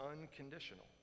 unconditional